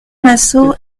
massot